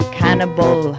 cannibal